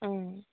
ம்